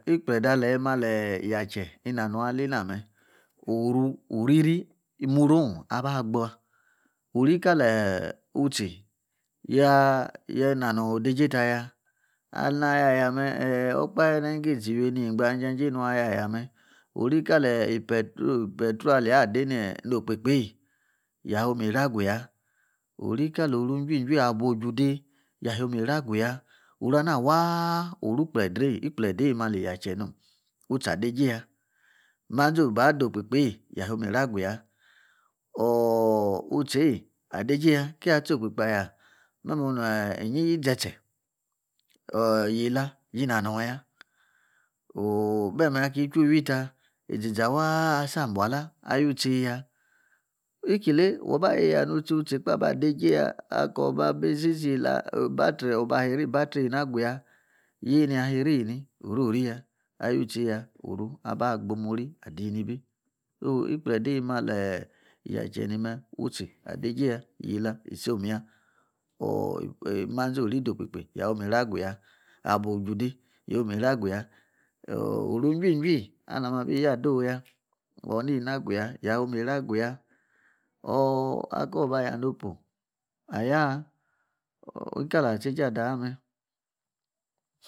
Ikplede ali malii xache, inanor alana meh oru oriri muriwn aba gba ori kalii utsii ya yananor ode-jie taya ana-ayor ayameh okphe na wu-ngo izi iwieni egba nidijanjie nwa yor aya meh. Ori kale ipetro alia ade ne okpekprie ya hom iri aguya kali oru juii, juii abuor ojwide ya hom iri aguya. Orana waa' orukp rerie orukplede malii xache, nom utsi ade-jieya manzi oba de okpikpiye yom mi iri aguya ooh! otsie adejieya ka tsi okpikpi aya inyi wu dtse-tse oh yelah yi nanor ya ooh! meme ki itchu iwi-ta iziza waa' asar bualah agu tse ya ikile waba yeya yielah ibattery uba-ahiri ibattery ena aguya yeyi nahi iri eni? orori ya ayutseya aba gbumuri adinibi oh! ikpledei mali xache nime otsi adejie ya. yyielah isom ya oh! mazi ori de no kpikpi ya yom iri aguya, abuo ojude ya yom iri agu ya ooh oru juii, juii alama abi iyi adoya, ya yom iri agu ya oh! ako ubaya nopu ayaa' ikali wa tsejie aya mme